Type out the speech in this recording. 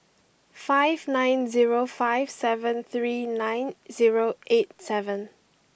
five nine zero five seven three nine zero eight seven